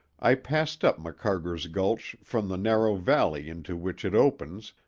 i passed up macarger's gulch from the narrow valley into which it opens,